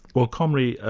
well comrie, ah